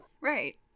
Right